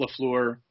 LaFleur